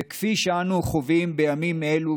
וכפי שאנחנו חווים בימים אלה,